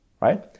right